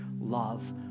love